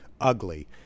ugly